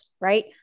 right